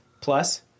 Plus